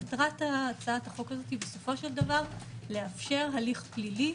שמטרת הצעת החוק הזאת בסופו של דבר היא לאפשר הליך פלילי